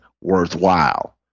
worthwhile